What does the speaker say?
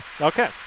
Okay